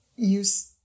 use